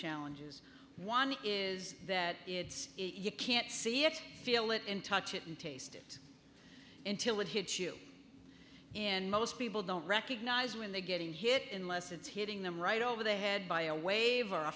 challenges one is that it's you can't see it feel it in touch it taste it until it hits you and most people don't recognize when they're getting hit in less it's hitting them right over the head by a wave or a